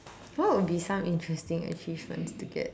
what would be some interesting achievements to get